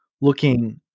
looking